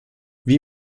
wie